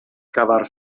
cavar